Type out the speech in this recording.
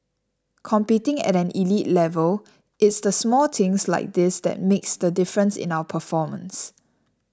competing at an elite level it's the small things like this that makes the difference in our performance